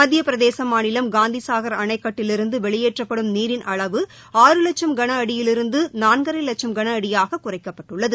மத்திய பிரதேச மாநிலம் காந்திசாஹர் அணைக்கட்டிலிருந்து வெளியேற்றப்படும் நீரின் அளவு ஆறு லட்சம் கன அடியிலிருந்து நான்கரை லட்சம் கன அடியாக குறைக்கப்பட்டுள்ளது